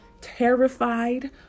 terrified